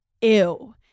ew